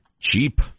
Cheap